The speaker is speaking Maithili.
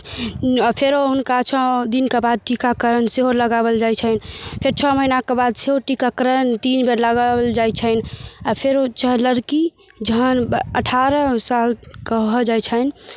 आओर फेरो हुनका छओ दिनके बाद टीकाकरण सेहो लगाओल जाइ छनि फेर छओ महिनाके बाद सेहो टीकाकरण तीन बेर लगाओल जाइ छनि आओर फेरो चाहे लड़की जहन अठारह सालके भऽ जाइ छनि